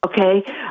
okay